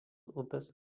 upės